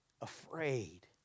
afraid